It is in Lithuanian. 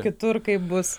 kitur kaip bus